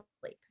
sleep